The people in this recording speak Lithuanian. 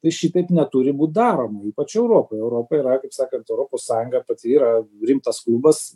ir šitaip neturi būt daroma ypač europoje europa yra kaip sakant europos sąjunga pati yra rimtas klubas